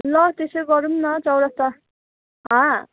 ल त्यसै गरौँ न चौरस्ता